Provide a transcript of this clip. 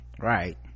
right